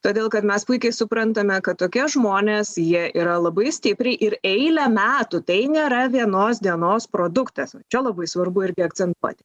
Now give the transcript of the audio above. todėl kad mes puikiai suprantame kad tokie žmonės jie yra labai stipriai ir eilę metų tai nėra vienos dienos produktas čia labai svarbu akcentuoti